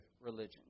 religion